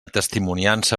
testimoniança